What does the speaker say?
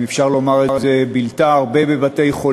אם אפשר לומר "בילתה" הרבה בבתי-חולים,